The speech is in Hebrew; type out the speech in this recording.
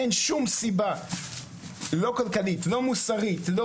אין שום סיבה לא כללית לא מוסרית ולא